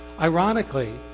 Ironically